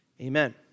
amen